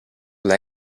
alla